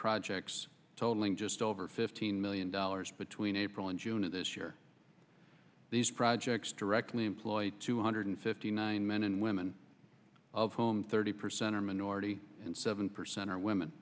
projects tolling just over fifteen million dollars between april and june of this year these projects directly employed two hundred fifty nine men and women of home thirty percent are minority and seven percent are women